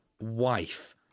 wife